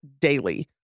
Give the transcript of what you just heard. daily